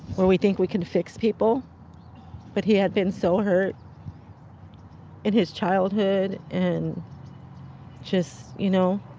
where we think we can fix people but he had been so hurt in his childhood and just, you know,